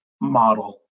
model